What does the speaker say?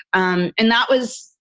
um and that was,